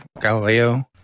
Galileo